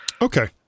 Okay